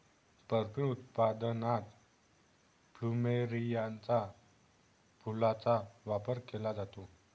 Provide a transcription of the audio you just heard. perfume उत्पादनात प्लुमेरियाच्या फुलांचा वापर केला जातो